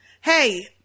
Hey